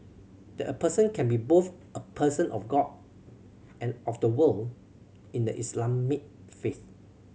that a person can be both a person of God and of the world in the Islamic faith